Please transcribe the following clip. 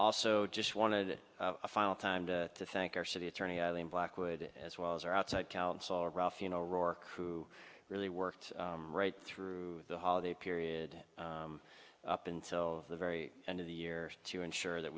also just wanted a final time to thank our city attorney eileen blackwood as well as her outside counsel ruff you know roark who really worked right through the holiday period up until the very end of the year to ensure that